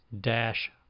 dash